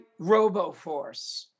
RoboForce